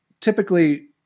typically